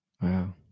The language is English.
Wow